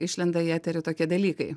išlenda į eterį tokie dalykai